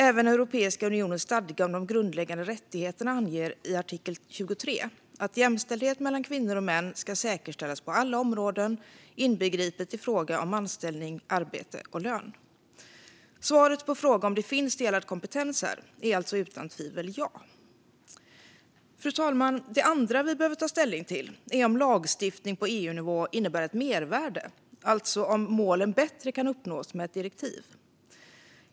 Även Europeiska unionens stadga om de grundläggande rättigheterna anger i artikel 23 att jämställdhet mellan kvinnor och män ska säkerställas på alla områden, inbegripet i fråga om anställning, arbete och lön. Svaret på frågan om det finns delad kompetens här är alltså utan tvivel ja. Fru talman! Det andra vi behöver ta ställning till är om lagstiftning på EU-nivå innebär ett mervärde, alltså om målen bättre kan uppnås med ett direktiv.